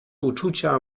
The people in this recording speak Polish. uczucia